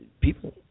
People